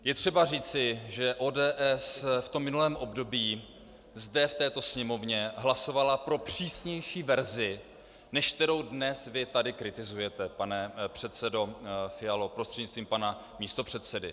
Je třeba říci, že ODS v minulém období zde v této Sněmovně hlasovala pro přísnější verzi, než kterou dnes vy tady kritizujete, pane předsedo Fialo prostřednictvím pana místopředsedy.